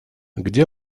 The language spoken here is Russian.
где